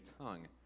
tongue